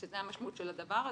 שזו המשמעות של הדבר הזה,